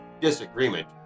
disagreement